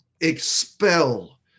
expel